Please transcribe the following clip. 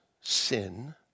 sin